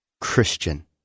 Christian